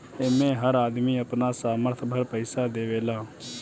एमे हर आदमी अपना सामर्थ भर पईसा देवेला